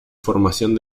formación